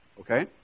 Okay